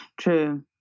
True